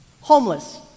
homeless